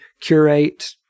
curate